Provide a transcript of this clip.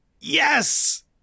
Yes